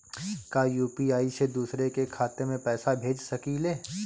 का यू.पी.आई से दूसरे के खाते में पैसा भेज सकी ले?